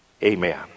Amen